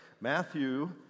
Matthew